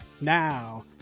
Now